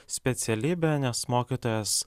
specialybė nes mokytojas